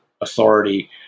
authority